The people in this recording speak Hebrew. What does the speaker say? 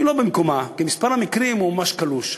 היא לא במקומה, כי מספר המקרים הוא ממש קלוש.